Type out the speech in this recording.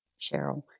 Cheryl